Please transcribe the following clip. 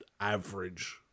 average